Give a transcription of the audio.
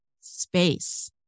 space